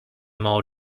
mow